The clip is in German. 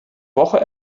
woche